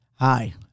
Hi